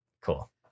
Cool